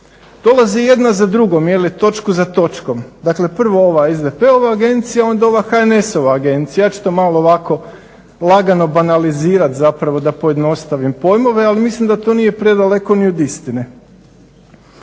Dolazi jedna za drugom ili točka za točkom. Dakle prvo ova SDP-ova agencija onda ova HNS-ova agencija. Ja ću to malo ovako zapravo lagano banalizirati da pojednostavim pojmove ali mislim da to nije predaleko od istine.